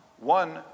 one